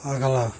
अगला